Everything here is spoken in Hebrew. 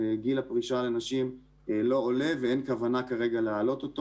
גיל הפרישה לנשים לא עולה ואין כוונה להעלות אותו,